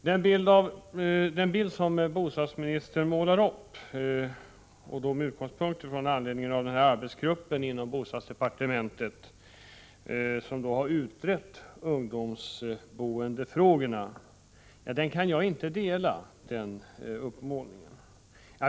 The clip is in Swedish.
Den bild som bostadsministern målar upp, med anledning av förslaget från den arbetsgrupp som inom bostadsdepartementet utrett ungdomsboendefrågorna, kan jag inte hålla med om.